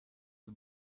the